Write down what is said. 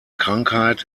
krankheit